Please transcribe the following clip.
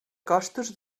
costos